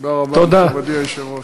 תודה רבה, מכובדי היושב-ראש.